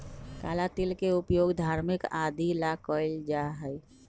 काला तिल के उपयोग धार्मिक आदि ला कइल जाहई